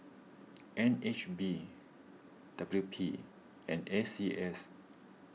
N H B W P and A C S